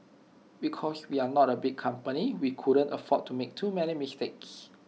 because we are not A big company we couldn't afford to make too many mistakes